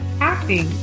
acting